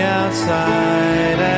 outside